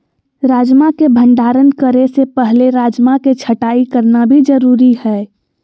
राजमा के भंडारण करे से पहले राजमा के छँटाई करना भी जरुरी हय